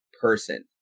person